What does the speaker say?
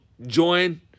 join